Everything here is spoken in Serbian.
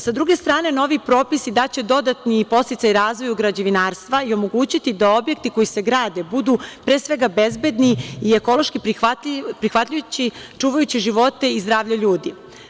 Sa druge strane, novi propisi daće dodatni podsticaj razvoju građevinarstva i omogućiti da objekti koji se grade, budu pre svega bezbedni i ekološki prihvatljivi, čuvajući živote i zdravlje ljudi.